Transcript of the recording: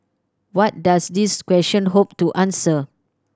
what does these question hope to answer